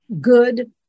good